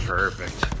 Perfect